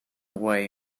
way